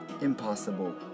impossible